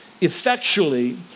effectually